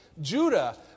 Judah